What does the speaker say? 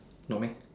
no meh